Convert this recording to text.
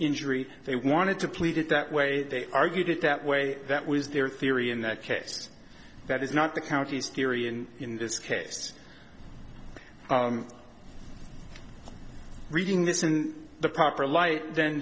injury they wanted to plead it that way they argued it that way that was their theory in that case that is not the county's theory and in this case reading this in the proper light th